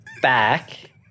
back